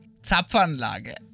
Zapfanlage